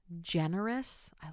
generous